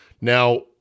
Now